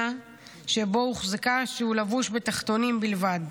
שבו הוחזקה כשהוא לבוש בתחתונים בלבד.